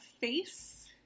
face